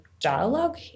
dialogue